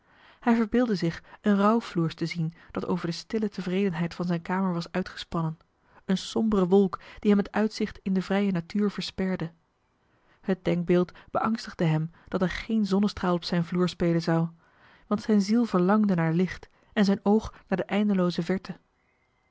hij verbeeldde zich een rouwfloers te zien dat over de stille tevredenheid van zijne kamer was uitgespannen een sombere wolk die hem het uitzicht in de vrije natuur versperde het denkbeeld beangstigde hem dat er geen zonnestraal op zijn vloer spelen zou want zijn ziel verlangde naar licht en zijn oog naar de eindelooze verte